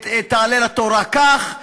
תעלה לתורה כך,